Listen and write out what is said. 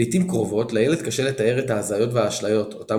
לעיתים קרובות לילד קשה לתאר את ההזיות והאשליות אותם